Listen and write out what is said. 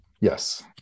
Yes